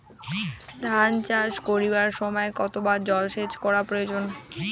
ধান চাষ করিবার সময় কতবার জলসেচ করা প্রয়োজন?